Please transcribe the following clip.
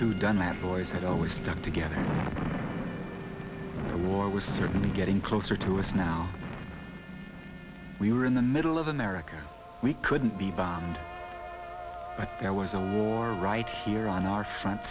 and boys it always stuck together the war was certainly getting closer to us now we were in the middle of america we couldn't be bombed but there was a war right here on our front